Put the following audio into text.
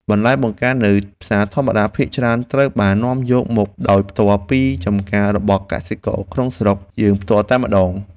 បន្លែបង្ការនៅផ្សារធម្មតាភាគច្រើនត្រូវបាននាំយកមកដោយផ្ទាល់ពីចម្ការរបស់កសិករក្នុងស្រុកយើងផ្ទាល់តែម្ដង។